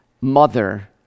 mother